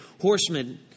horsemen